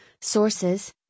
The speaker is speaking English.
Sources